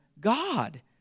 God